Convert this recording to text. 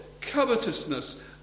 covetousness